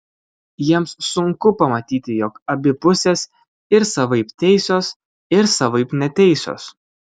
jiems sunku pamatyti jog abi pusės ir savaip teisios ir savaip neteisios